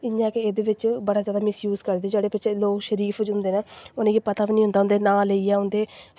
इ'यां गै एह्दे बिच्च बड़ा जादा मिसय़ूज़ करदे जेह्ड़े पिच्छें लोग जेह्ड़े शरीफ होंदे न उ'नेंगी पता बी निं होंदा उं'दे नांऽ लेइयै उंदे